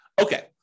Okay